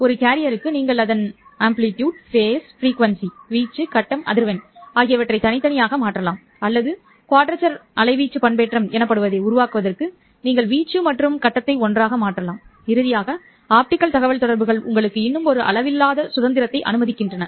ஒரு கேரியருக்கு நீங்கள் அதன் வீச்சு கட்டம் அதிர்வெண் ஆகியவற்றை தனித்தனியாக மாற்றலாம் அல்லது குவாட்ரேச்சர் அலைவீச்சு பண்பேற்றம் எனப்படுவதை உருவாக்குவதற்கு நீங்கள் வீச்சு மற்றும் கட்டத்தை ஒன்றாக மாற்றலாம் இறுதியாக ஆப்டிகல் தகவல்தொடர்புகள் உங்களுக்கு இன்னும் ஒரு அளவிலான சுதந்திரத்தை அனுமதிக்கின்றன